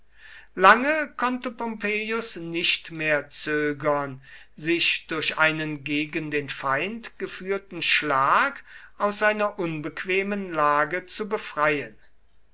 lange konnte pompeius nicht mehr zögern sich durch einen gegen den feind geführten schlag aus seiner unbequemen lage zu befreien